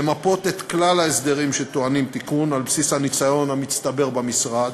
למפות את כלל ההסדרים שטעונים תיקון על בסיס הניסיון המצטבר במשרד,